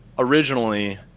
Originally